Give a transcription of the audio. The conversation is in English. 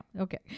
Okay